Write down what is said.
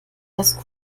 dass